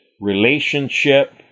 relationship